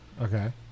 Okay